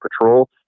patrol